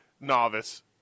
novice